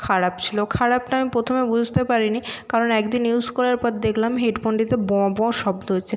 খারাপ ছিলো খারাপটা আমি প্রথমে বুঝতে পারি নি কারণ এক দিন ইউস করার পর দেখলাম হেডফোনটিতে বঁ বঁ শব্দ হচ্ছে